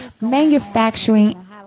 manufacturing